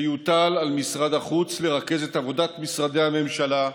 שיוטל על משרד החוץ לרכז את עבודת משרדי הממשלה,